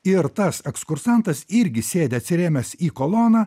ir tas ekskursantas irgi sėdi atsirėmęs į koloną